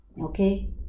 Okay